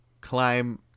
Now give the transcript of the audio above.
climb